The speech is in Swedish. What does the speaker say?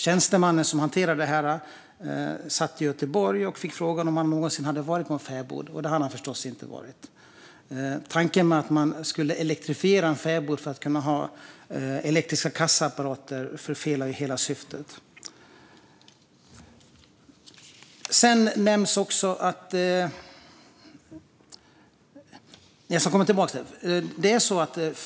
Tjänstemannen som hanterade ärendet satt i Göteborg. Han fick frågan om han någonsin hade varit på en fäbod. Det hade han förstås inte. Tanken att man skulle elektrifiera en fäbod för att kunna ha elektriska kassaapparater förfelar ju hela syftet.